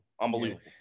unbelievable